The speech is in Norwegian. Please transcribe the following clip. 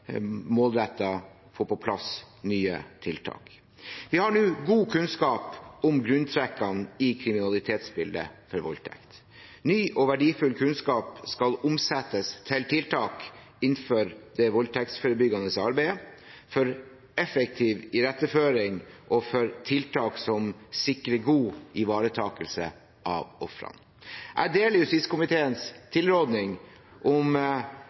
få på plass nye tiltak på. Vi har nå god kunnskap om grunntrekkene i kriminalitetsbildet for voldtekt. Ny og verdifull kunnskap skal omsettes til tiltak innenfor det voldtektsforebyggende arbeidet, for effektiv iretteføring og for tiltak som sikrer god ivaretakelse av ofrene. Jeg deler justiskomiteens